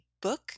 book